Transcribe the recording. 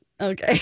Okay